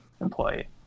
employee